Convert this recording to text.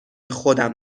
خودم